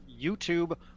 YouTube